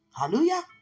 Hallelujah